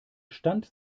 stand